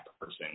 person